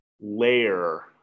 layer